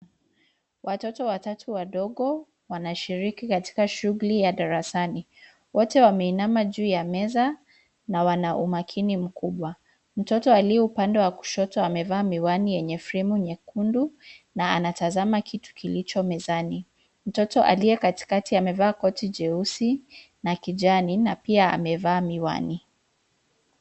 Watoto watatu wadogo, wanashiriki katika shughuli ya darasani. Wote wameinama juu ya meza, na wana umakini mkubwa. Mtoto aliye upande wa kushoto amevaa miwani yenye fremu nyekundu, na anatazama kitu kilicho mezani. Mtoto aliye katikati amevaa koti jeusi na kijani, na pia amevaa miwani.